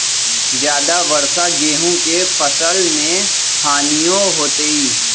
ज्यादा वर्षा गेंहू के फसल मे हानियों होतेई?